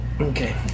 okay